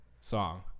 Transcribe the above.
song